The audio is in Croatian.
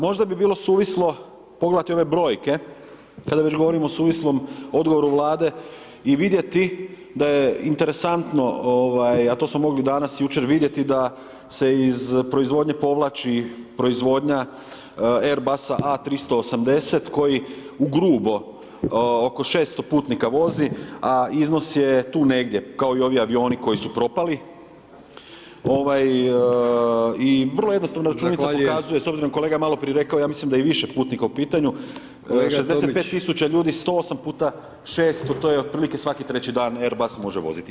Možda bi bilo suvislo pogledati ove brojke, kada već govorimo suvislom odgovoru Vlade i vidjeti da je interesantno ovaj, a to smo mogli danas, jučer vidjeti da se iz proizvodnje povlači proizvodnja Erbasa A380 koji u grubo oko 600 putnika vozi, a iznos je tu negdje kao i ovi avioni koji su propali, ovaj i vrlo jednostavna račina pokazuje [[Upadica: Zahvaljujem.]] s obzirom kolega je maloprije rekao ja mislim da je i više putnika u pitanju [[Upadica: Kolega Tomić.]] 65.000 ljudi 108 puta 6 to je otprilike svaki treći dan Rbas može voziti.